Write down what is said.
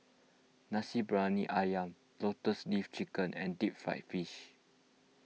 Nasi Briyani Ayam Lotus Leaf Chicken and Deep Fried Fish